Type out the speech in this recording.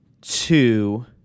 two